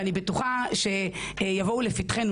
אני בטוחה שיבואו לפתחנו,